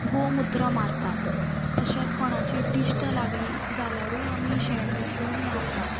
गोमुत्र मारतात तशेंच कोणाची दिश्ट लागली जाल्यारूय आमी शेण मिसळून मारतात